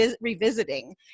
revisiting